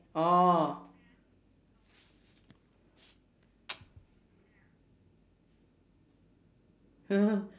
orh